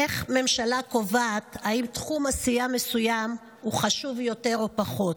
איך ממשלה קובעת אם תחום עשייה מסוים הוא חשוב יותר או פחות?